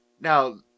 now